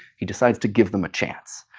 he decides to give them a chance.